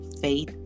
faith